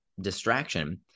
distraction